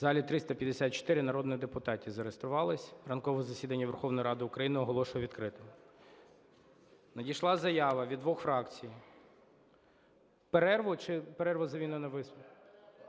В залі 354 народні депутати зареєструвались. Ранкове засідання Верховної Ради України оголошую відкритим. Надійшла заява від двох фракцій. Перерву? Чи перерву замінимо на виступ?